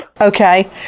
Okay